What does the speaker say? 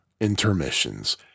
Intermissions